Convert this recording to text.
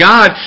God